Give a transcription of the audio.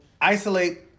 isolate